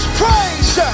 praise